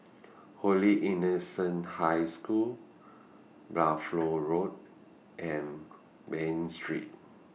Holy Innocents' High School Buffalo Road and Bain Street